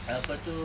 apa tu